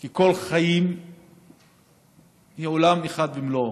כי כל חיים זה עולם ומלואו,